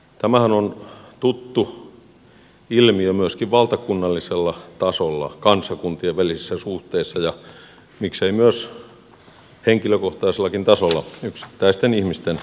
tämähän on tuttu ilmiö myöskin valtakunnallisella tasolla kansakuntien välisissä suhteissa ja miksei myös henkilökohtaisellakin tasolla yksittäisten ihmisten välisissä suhteissa